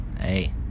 hey